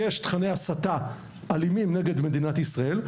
בהם יש תכני הסתה נגד מדינת ישראל,